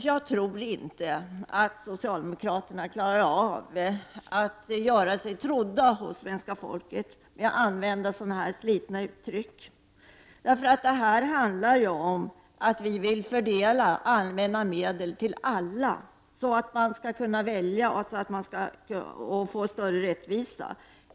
Jag tror inte att socialdemokraterna kan göra sig trodda hos svenska folket när man använder sådana slitna uttryck. Här handlar det om att vi vill fördela allmänna medel till alla för att åstadkomma större rättvisa och för att man skall kunna välja.